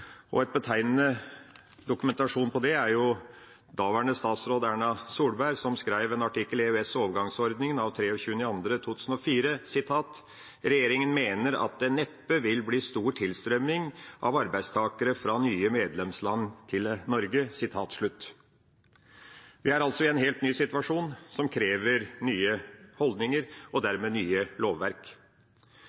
betegnende dokumentasjon på det er det daværende statsråd Erna Solberg skrev i artikkelen «EØS-utvidelsen og overgangsordninger» av 23. februar 2004: «Regjeringen mener at det neppe vil bli stor tilstrømning av arbeidstakere fra nye medlemsland til Norge.» Vi er altså i en helt ny situasjon, som krever nye holdninger og dermed nye lovverk.